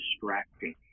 distracting